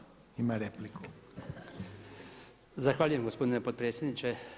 Zahvaljujem gospodine predsjedniče.